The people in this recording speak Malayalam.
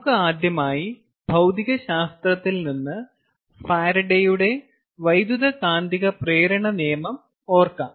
നമുക്ക് ആദ്യമായി ഭൌതികശാസ്ത്രത്തിൽ നിന്ന് ഫാരഡെയുടെ വൈദ്യുതകാന്തിക പ്രേരണ നിയമം ഓർക്കാം